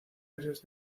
meses